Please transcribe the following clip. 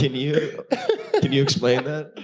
can you you explain that?